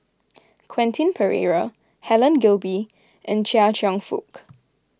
Quentin Pereira Helen Gilbey and Chia Cheong Fook